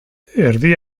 erdi